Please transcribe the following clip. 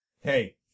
hey